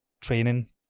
training